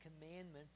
commandments